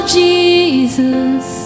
jesus